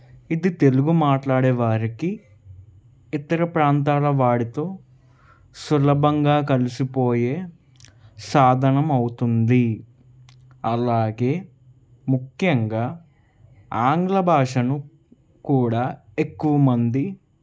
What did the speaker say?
ఇది తెలుగు మాట్లాడే వారికి ఇతర ప్రాంతాల వారితో సులభంగా కలిసిపోయే సాధనం అవుతుంది అలాగే ముఖ్యంగా ఆంగ్లభాషను కూడా ఎక్కువ మంది